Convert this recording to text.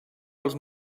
els